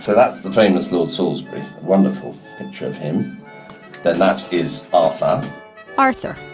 so that's the famous lord salisbury, a wonderful picture of him. then that is arthur arthur.